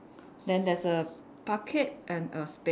then there's a bucket and a spade